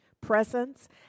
presence